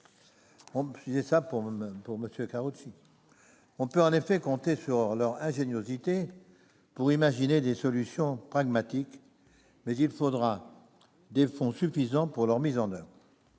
On peut en effet compter sur leur ingéniosité pour imaginer des solutions pragmatiques, mais il faudra mobiliser des fonds suffisants pour que celles-ci